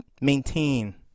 maintain